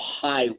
high